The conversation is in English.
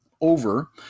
over